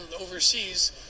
overseas